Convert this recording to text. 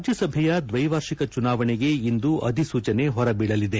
ರಾಜ್ಲಸಭೆಯ ದ್ವೈವಾರ್ಷಿಕ ಚುನಾವಣೆಗೆ ಇಂದು ಅಧಿಸೂಚನೆ ಹೊರಬೀಳಲಿದೆ